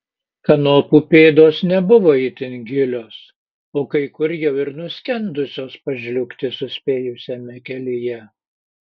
kanopų pėdos nebuvo itin gilios o kai kur jau ir nuskendusios pažliugti suspėjusiame kelyje